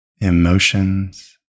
emotions